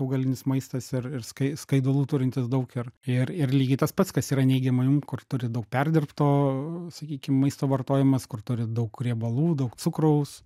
augalinis maistas ir ir skai skaidulų turintis daug ir ir ir lygiai tas pats kas yra neigiama jum kur turi daug perdirbto sakykim maisto vartojimas kur turi daug riebalų daug cukraus